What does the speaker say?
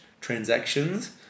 transactions